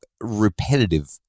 repetitive